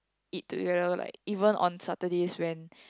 eat together like even on Saturday when